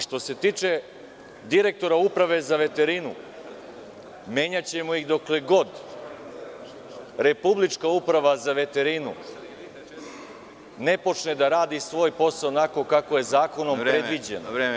Što se tiče direktora Uprave za veterinu, menjaćemo ih dokle god Republička uprava za veterinu ne počne da radi svoj posao onako kako je zakonom predviđeno.